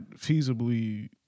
feasibly